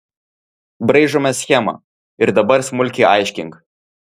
braižome schemą ir dabar smulkiai aiškink